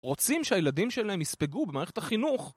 רוצים שהילדים שלהם יספגו במערכת החינוך